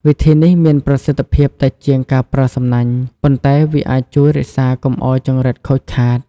វិធីនេះមានប្រសិទ្ធភាពតិចជាងការប្រើសំណាញ់ ប៉ុន្តែវាអាចជួយរក្សាកុំឲ្យចង្រិតខូចខាត។